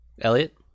Elliot